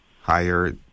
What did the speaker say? higher